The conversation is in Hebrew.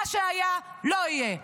מה שהיה, לא יהיה.